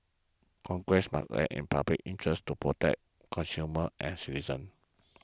congress must in public interest to protect consumers and citizens